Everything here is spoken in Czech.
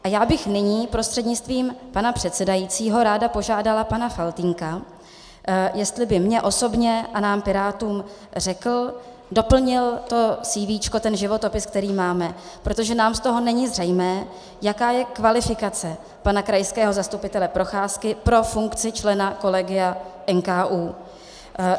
A já bych nyní prostřednictvím pana předsedajícího ráda požádala pana Faltýnka, jestli by mně osobně a nám pirátům doplnil to CV, ten životopis, který máme, protože nám z toho není zřejmé, jaká je kvalifikace pana krajského zastupitele Procházky pro funkci člena kolegia NKÚ.